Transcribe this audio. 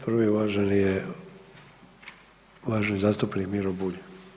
Prvi uvaženi je, uvaženi zastupnik Miro Bulj.